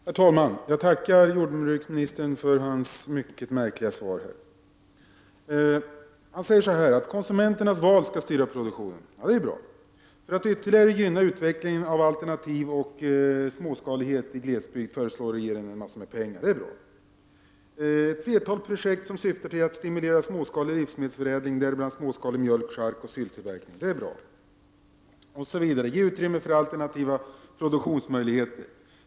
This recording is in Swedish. Herr talman! Jag tackar jordbruksministern för hans mycket märkliga svar. Han säger att ”konsumenternas val skall styra produktionen”. Det är bra. ”För att ytterligare gynna utvecklingen av alternativ och småskalighet i glesbygd” föreslår regeringen massor med pengar. Det är också bra. Jordbruksministern talar vidare om ”ett flertal projekt som syftar till att stimulera småskalig livsmedelsförädling, däribland småskalig mjölk-, charkoch sylttillverkning” samt om att ”ge utrymme för alternativa produktionsmöjligheter”. Det är bra.